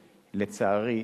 לצערי,